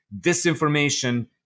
Disinformation